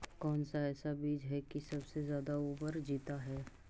कौन सा ऐसा बीज है की सबसे ज्यादा ओवर जीता है?